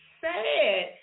sad